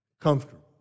comfortable